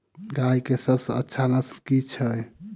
गाय केँ सबसँ अच्छा नस्ल केँ छैय?